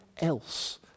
else